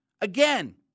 Again